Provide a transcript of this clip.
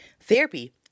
therapy